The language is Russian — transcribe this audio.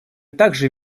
также